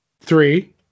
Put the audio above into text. Three